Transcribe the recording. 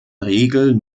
regel